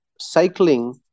cycling